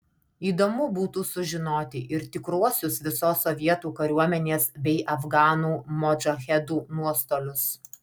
įdomu būtų sužinoti ir tikruosius visos sovietų kariuomenės bei afganų modžahedų nuostolius